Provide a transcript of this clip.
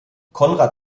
konrad